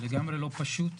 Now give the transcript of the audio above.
וזה לגמרי לא פשוט.